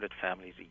families